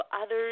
others